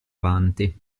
avanti